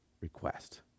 request